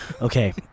Okay